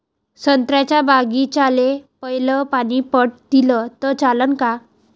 संत्र्याच्या बागीचाले पयलं पानी पट दिलं त चालन का?